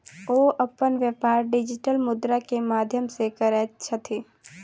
ओ अपन व्यापार डिजिटल मुद्रा के माध्यम सॅ करैत छथि